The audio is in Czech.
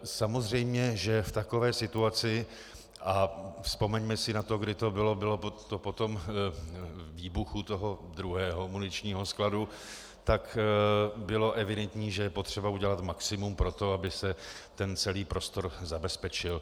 Samozřejmě že v takové situaci, a vzpomeňme si na to, kdy to bylo, bylo to po výbuchu druhého muničního skladu, bylo evidentní, že je potřeba udělat maximum pro to, aby se celý prostor zabezpečil.